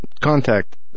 Contact